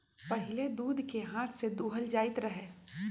पहिले दूध के हाथ से दूहल जाइत रहै